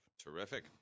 Terrific